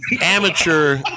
Amateur